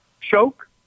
Choke